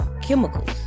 chemicals